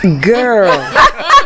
Girl